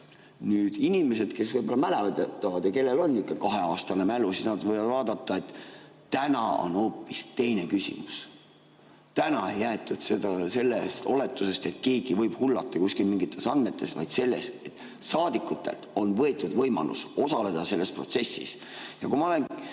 Nüüd inimesed, kes võib-olla mäletavad ja kellel on kaheaastane mälu, võivad vaadata, et täna on hoopis teine küsimus. Täna ei räägitud sellest oletusest, et keegi võib hullata kuskil mingites andmetes, vaid sellest, et saadikutelt on võetud võimalus osaleda selles protsessis. Inimesed